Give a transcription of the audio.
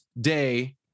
day